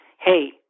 hey